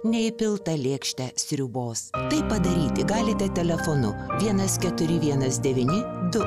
neįpiltą lėkštę sriubos tai padaryti galite telefonu vienas keturi vienas devyni du